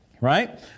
right